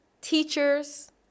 teachers